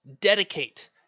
dedicate